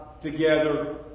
together